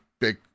big